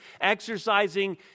exercising